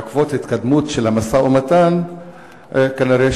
בעקבות התקדמות של המשא-ומתן כנראה